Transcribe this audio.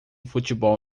futebol